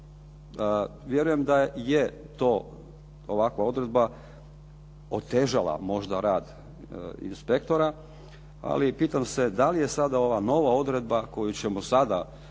Vjerujem da je to ovakva odredba otežala možda rad inspektora, ali pitama se da li je sada ova nova odredba o kojoj sada